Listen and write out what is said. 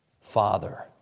father